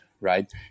right